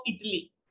Italy